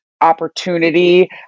opportunity